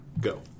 Go